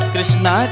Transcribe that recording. Krishna